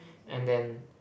and then